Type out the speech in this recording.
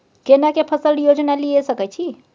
केना के फसल बीमा योजना लीए सके छी?